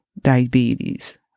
diabetes